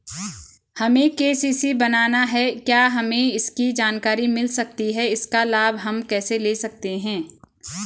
हमें के.सी.सी बनाना है क्या हमें इसकी जानकारी मिल सकती है इसका लाभ हम कैसे ले सकते हैं?